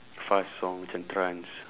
fast song macam trance